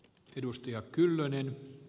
kinuskia kyllönen